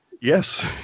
Yes